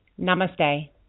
Namaste